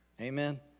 Amen